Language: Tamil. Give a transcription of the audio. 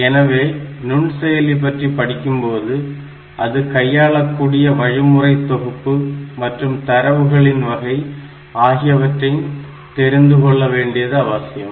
எனவே நுண்செயலி பற்றி படிக்கும்போது அது கையாளக்கூடிய வழிமுறை தொகுப்பு மற்றும் தரவுகளின் வகை ஆகியவற்றையும் தெரிந்து கொள்ள வேண்டியது அவசியம்